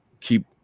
keep